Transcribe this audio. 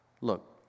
Look